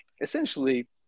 essentially